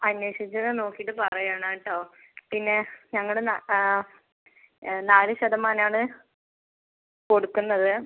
അന്വേഷിച്ച് അത് നോക്കിയിട്ട് പറയണം കേട്ടോ പിന്നെ ഞങ്ങളുടെ ന ആ നാല് ശതമാനാണ് കൊടുക്കുന്നത്